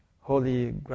holy